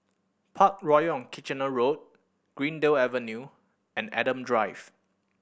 Parkroyal on Kitchener Road Greendale Avenue and Adam Drive